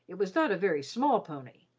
it was not a very small pony,